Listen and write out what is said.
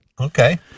Okay